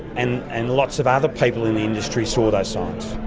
and and lots of other people in the industry saw those signs.